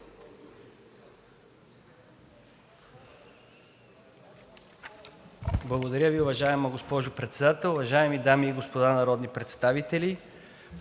Благодаря Ви. Уважаема госпожо Председател, уважаеми дами и господа народни представители!